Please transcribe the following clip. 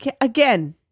Again